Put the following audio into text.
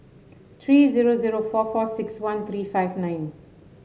three zero zero four four six one three five nine